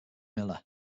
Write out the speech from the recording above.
miller